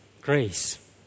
grace